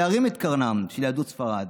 להרים את קרנה של יהדות ספרד,